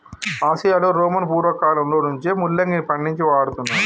ఆసియాలో రోమను పూర్వకాలంలో నుంచే ముల్లంగిని పండించి వాడుతున్నారు